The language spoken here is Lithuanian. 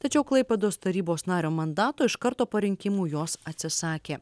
tačiau klaipėdos tarybos nario mandato iš karto po rinkimų jos atsisakė